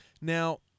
Now